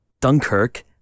Dunkirk